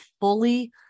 fully